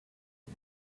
you